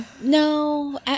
No